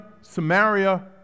Samaria